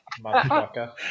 motherfucker